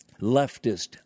leftist